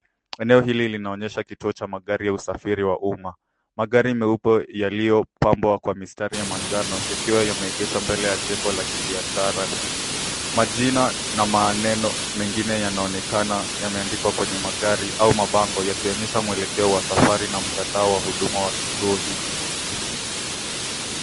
Eneo hili linaonyesha kituo cha magari ya usafiri wa umma. Magari meupe yaliyopambwa kwa mistari ya manjano yakiwa yameegeshwa mbele ya jengo la kibiashara. Majina na maneno mengine yanaonekana yameandikwa kwenye magari au mabango yakionyesha mwelekeo wa safari na mtandao wa huduma wa kituo hiki.